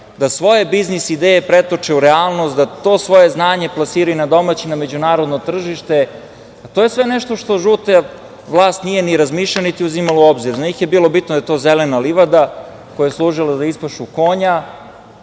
da svoje biznis ideje pretoče u realnost, da to svoje znanje plasiraju na domaće i na međunarodno tržište, a to je sve nešto o čemu žuta vlast nije razmišljala i uzimala u obzir. Za njih je bilo bitno da je to zelena livada koja je služila za ispašu konja.